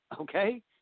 Okay